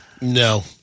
No